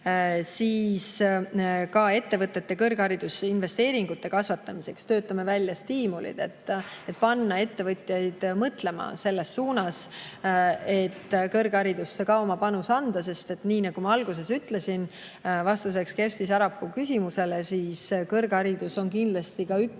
Ka ettevõtete kõrgharidusinvesteeringute kasvatamiseks me töötame välja stiimulid, et panna ettevõtjaid mõtlema selles suunas, et kõrgharidusse ka oma panus anda. Nii nagu ma alguses ütlesin vastuseks Kersti Sarapuu küsimusele, kõrgharidus on kindlasti üks